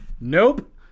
Nope